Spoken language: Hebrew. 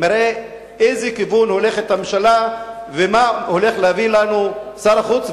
מראה לאיזה כיוון הולכת הממשלה ומה הולך להביא לנו שר החוץ.